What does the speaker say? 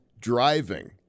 driving